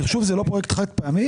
מחשוב זה לא חד פעמי?